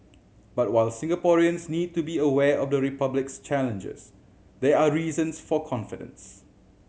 but while Singaporeans need to be aware of the Republic's challenges there are reasons for confidence